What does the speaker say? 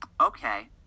okay